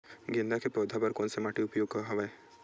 गेंदा के पौधा बर कोन से माटी उपयुक्त हवय?